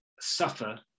suffer